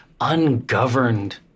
ungoverned